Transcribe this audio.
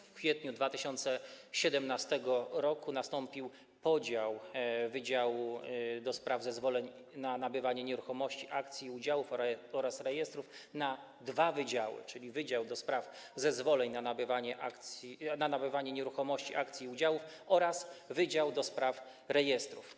W kwietniu 2017 r. nastąpił podział Wydziału do Spraw Zezwoleń na Nabywanie Nieruchomości, Akcji i Udziałów oraz Rejestrów na dwa wydziały, czyli Wydział do Spraw Zezwoleń na Nabywanie Nieruchomości, Akcji i Udziałów oraz Wydział do Spraw Rejestrów.